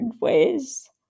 ways